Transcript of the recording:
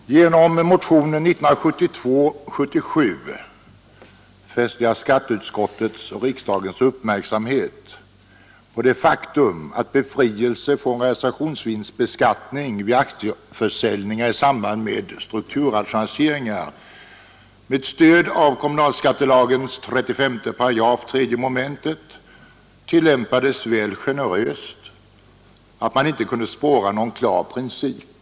Nr 74 Herr talman! I motionen 1972:77 fäste jag skatteutskottets och ä z å ö FOG Torsdagen den riksdagens uppmärksamhet på det faktum att befrielse från realisations 26 april 1973 vinstbeskattning vid aktieförsäljning i samband med strukturrationalisee I ringar med stöd av kommunalskattelagens 35 § 3 mom. ibland tilläm Granskning av statspades väl generöst och att man inte kunde spåra någon klar princip.